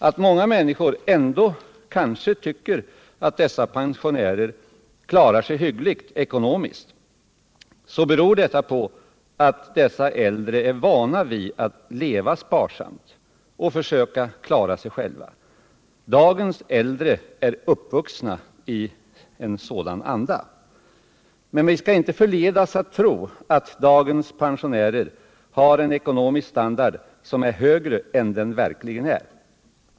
Om många människor ändå kanske tycker att dessa pensionärer klarar sig hyggligt ekonomiskt, så beror detta på att de äldre är vana vid att leva sparsamt och försöka klara sig själva. Dagens äldre är uppvuxna i en sådan anda. Men vi skall inte förledas att tro att dagens pensionärer har en ekonomisk standard som är högre än den verkligen är.